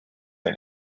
ein